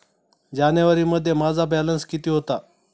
जानेवारीमध्ये माझा बॅलन्स किती होता?